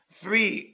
three